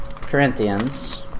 Corinthians